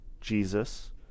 Jesus